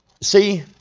see